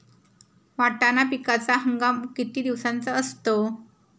वाटाणा पिकाचा हंगाम किती दिवसांचा असतो?